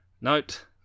note